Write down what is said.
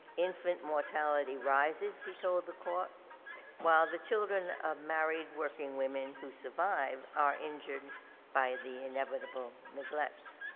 infant mortality rises he told the court while the children of married working women who survived are injured by the inevitable neglect.